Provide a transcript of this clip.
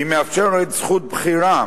היא מאפשרת זכות בחירה,